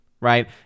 right